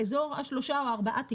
באזור שלושה או ארבעה תיקים.